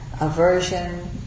aversion